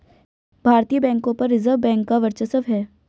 भारतीय बैंकों पर रिजर्व बैंक का वर्चस्व है